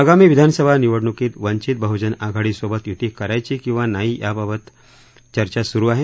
आगामी विधानसभा निवडणुकीत वंचित बहुजन आघाडी सोबत युती करायची किंवा नाही याबाबत चर्चा सुरू आहे